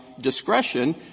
discretion